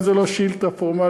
גם אם זו לא שאילתה פורמלית,